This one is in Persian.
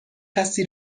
کسی